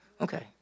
Okay